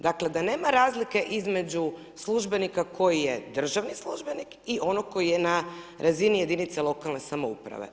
Dakle da nema razlike između službenika koji je državni službenik i onog koji je na razini jedinice lokalne samouprave.